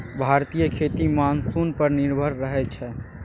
भारतीय खेती मानसून पर निर्भर रहइ छै